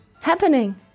happening